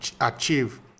achieve